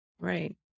Right